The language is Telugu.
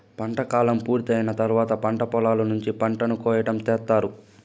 పంట కాలం పూర్తి అయిన తర్వాత పంట పొలాల నుంచి పంటను కోయటం చేత్తారు